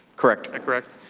correct. correct.